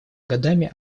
годами